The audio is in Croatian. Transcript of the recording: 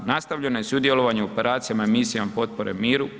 Nastavljeno je sudjelovanje u operacijama i misijama potpore miru.